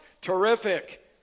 terrific